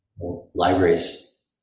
Libraries